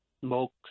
smoke